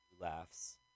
laughs